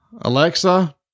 Alexa